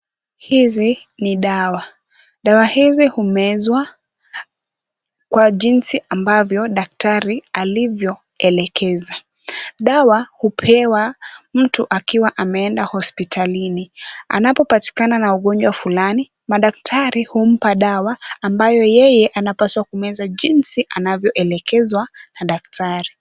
Hizi ni dawa, dawa hizi humezwa, kwa jinsi ambavyo daktari alivyoelekeza. Dawa hupewa mtu akiwa ameenda hospitalini. Anapopatikana na ugonjwa fulani, madaktari humpa dawa ambayo yeye anapaswa kumeza jinsi anavyoelekezwa na daktari.